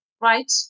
right